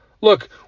Look